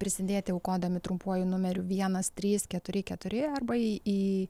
prisidėti aukodami trumpuoju numeriu vienas trys keturi keturi arba į